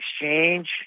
exchange